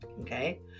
okay